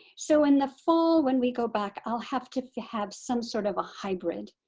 so in the fall when we go back i'll have to to have some sort of a hybrid.